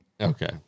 Okay